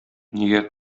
нигә